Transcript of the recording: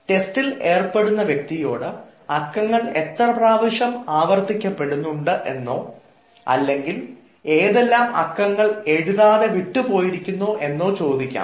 ടെസ്റ്റിൽ ഏർപ്പെടുന്ന വ്യക്തിയോട് അക്കങ്ങൾ എത്ര പ്രാവശ്യം ആവർത്തിക്കപ്പെടുന്നുണ്ട് എന്നോ ഏതെല്ലാം അക്കങ്ങൾ എഴുതാതെ വിട്ടുപോയിരിക്കുന്നു എന്നോ ചോദിക്കാം